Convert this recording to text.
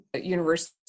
university